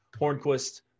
Hornquist